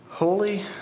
Holy